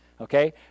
Okay